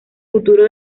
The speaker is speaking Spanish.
futuro